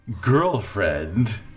girlfriend